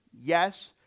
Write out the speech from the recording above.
Yes